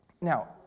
Now